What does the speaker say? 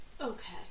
okay